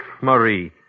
Marie